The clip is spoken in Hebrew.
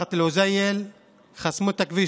משפחת אל-הוזייל חסמו שם את הכביש,